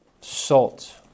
Salt